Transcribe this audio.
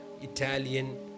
Italian